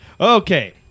okay